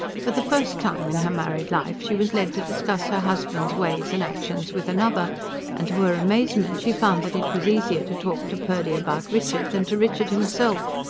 for the first time in her married life she was led to discuss her husband's ways and actions with another and, to her amazement, she found that it was easier to talk to purdy about richard than to richard himself.